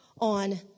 on